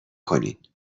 کنین